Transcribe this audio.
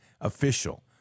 official